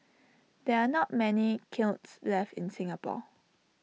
there are not many kilns left in Singapore